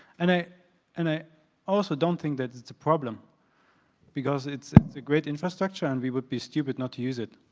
and and i also don't think that it's a problem because it's it's a great infrastructure and we would be stupid not to use it.